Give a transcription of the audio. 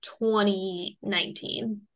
2019